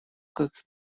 как